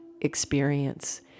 experience